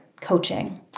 coaching